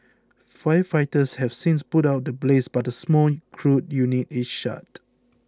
firefighters have since put out the blaze but the small crude unit is shut